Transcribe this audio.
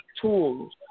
tools